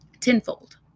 tenfold